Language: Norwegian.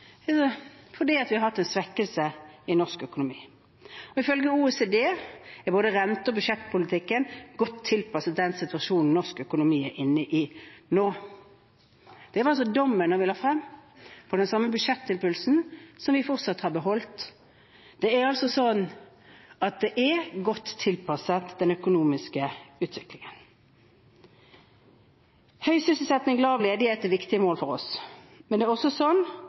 fordi vi har hatt en svekkelse i norsk økonomi. Ifølge OECD er både rente- og budsjettpolitikken godt tilpasset den situasjonen norsk økonomi er inne i nå. Det var altså dommen da vi la frem, og det er den samme budsjettimpulsen som vi fortsatt har beholdt. Det er altså godt tilpasset den økonomiske utviklingen. Høy sysselsetting og lav ledighet er viktige mål for oss, men vi må også